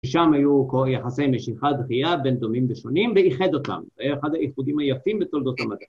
‫ששם היו יחסי משיכה ודחייה ‫בין דומים ושונים, ואיחד אותם. ‫זה היה אחד האיחודים היפים ‫בתולדות המדע.